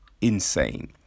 insane